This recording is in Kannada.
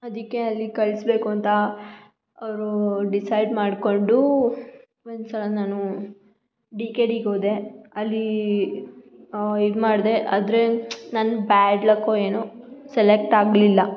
ಅದಕ್ಕೆ ಅಲ್ಲಿ ಕಳಿಸ್ಬೇಕು ಅಂತ ಅವರೂ ಡಿಸೈಡ್ ಮಾಡಿಕೊಂಡು ಒಂದು ಸಲ ನಾನೂ ಡಿ ಕೆ ಡಿಗೆ ಹೋದೆ ಅಲ್ಲಿ ಇದು ಮಾಡ್ದೆ ಆದರೆ ನನ್ನ ಬ್ಯಾಡ್ ಲಕ್ಕೋ ಏನೊ ಸೆಲೆಕ್ಟ್ ಆಗಲಿಲ್ಲ